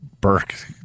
Burke